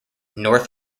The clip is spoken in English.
north